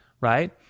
right